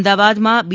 અમદાવાદમાં બી